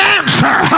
answer